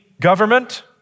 government